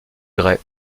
grès